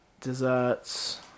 Desserts